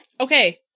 Okay